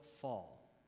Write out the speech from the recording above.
fall